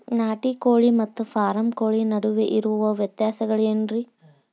ನಾಟಿ ಕೋಳಿ ಮತ್ತ ಫಾರಂ ಕೋಳಿ ನಡುವೆ ಇರೋ ವ್ಯತ್ಯಾಸಗಳೇನರೇ?